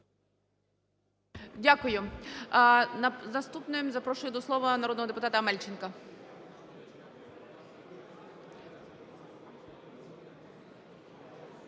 Дякую. Наступним запрошую до слова народного депутата Амельченка.